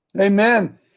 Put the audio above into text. Amen